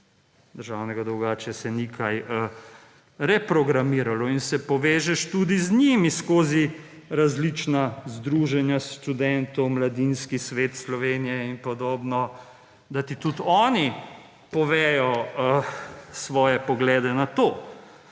zapade 2081, če se ni kaj reprogramiralo. In se povežeš tudi z njimi skozi različna združenja študentov, Mladinski svet Slovenije in podobno, da ti tudi oni povedo svoje poglede na to.